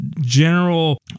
general